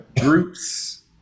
groups